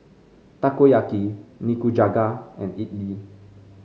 Takoyaki Nikujaga and Idili